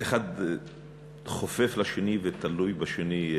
האחד חופף לשני ותלוי בשני.